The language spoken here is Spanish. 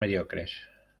mediocres